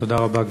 תודה רבה.